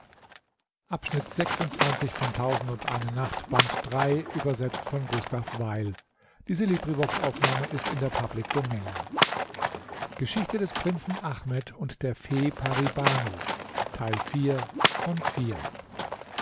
geschichte des prinzen